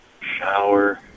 shower